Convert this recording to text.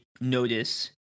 notice